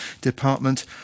Department